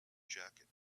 jacket